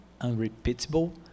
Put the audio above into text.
unrepeatable